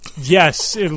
Yes